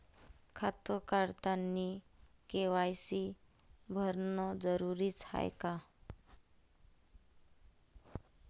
खातं काढतानी के.वाय.सी भरनं जरुरीच हाय का?